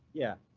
yeah.